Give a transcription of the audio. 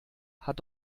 hat